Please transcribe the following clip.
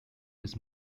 his